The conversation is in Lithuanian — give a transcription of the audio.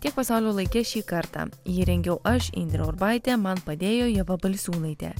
tiek pasaulio laike šį kartą jį rengiau aš indrė urbaitė man padėjo ieva balsiūnaitė